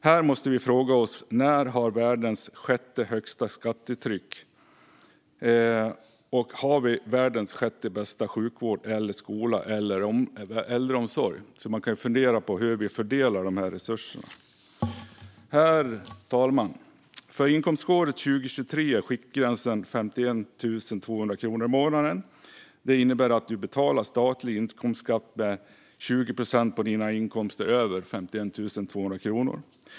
Vi måste fråga oss om vi med världens sjätte högsta skattetryck har världens sjätte bästa sjukvård, skola eller äldreomsorg. Man kan alltså fundera på hur vi fördelar resurserna. Herr talman! För inkomståret 2023 är skiktgränsen 51 200 kronor i månaden. Det innebär att du betalar statlig inkomstskatt med 20 procent på dina inkomster över 51 200 kronor.